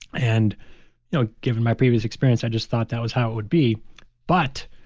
and you know given my previous experience, i just thought that was how it would be but,